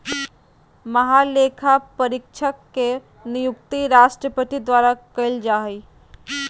महालेखापरीक्षक के नियुक्ति राष्ट्रपति द्वारा कइल जा हइ